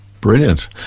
Brilliant